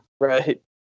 Right